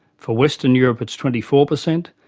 for western europe it's twenty four percent,